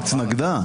היא התנגדה.